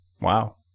Wow